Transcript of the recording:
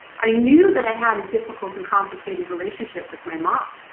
i knew that i had a difficult and complicated relationship with my mom